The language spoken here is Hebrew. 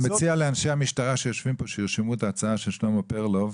אני מציע לאנשי המשטרה שיושבים פה שירשמו את ההצעה של שלמה פרלוב,